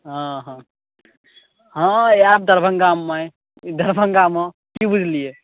हँ हँ हँ इएह दरभङ्गा मे दरभङ्गा मे की बुझलियै